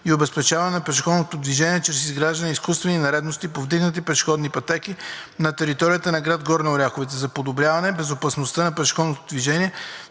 и обезопасяване пешеходното движение чрез изграждане на изкуствени неравности (повдигнати пешеходни пътеки) на територията на град Горна Оряховица“. За подобряване безопасността на пешеходното движение,